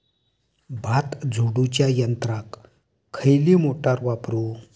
भात झोडूच्या यंत्राक खयली मोटार वापरू?